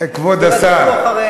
כבוד השר,